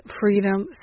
Freedom